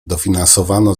dofinansowano